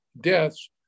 deaths